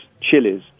chilies